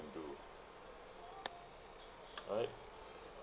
do right